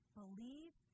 believe